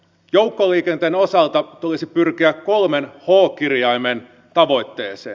joukkoliikenteen osalta tulisi pyrkiä kolmen h kirjaimen tavoitteeseen